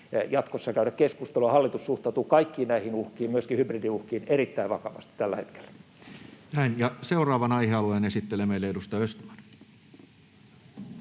jatkossa käydä keskustelua. Hallitus suhtautuu kaikkiin näihin uhkiin, myöskin hybridiuhkiin, erittäin vakavasti tällä hetkellä. Ja seuraavan aihealueen esittelee meille edustaja Östman.